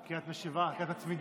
כי את משיבה, כי את מצמידה.